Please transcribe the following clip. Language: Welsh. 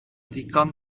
ddigon